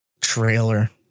trailer